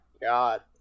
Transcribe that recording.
God